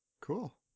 Cool